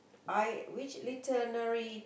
I which literary